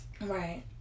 Right